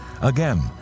Again